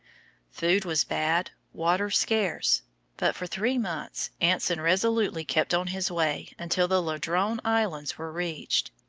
food was bad, water scarce but for three months anson resolutely kept on his way until the ladrone islands were reached.